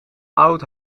oud